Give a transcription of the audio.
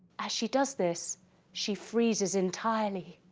as she does this she freezes entirely.